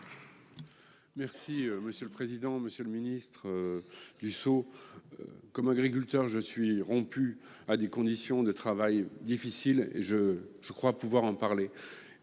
Monsieur le président, monsieur le ministre, comme agriculteur, je suis rompu à des conditions de travail difficiles. Je crois pouvoir en parler.